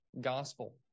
gospel